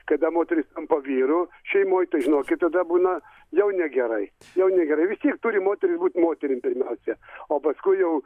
kada moteris tampa vyru šeimoj tai žinokit tada būna jau negerai jau negerai vistiek turi moteris būt moterim pirmiausia o paskui jau